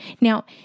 Now